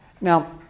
Now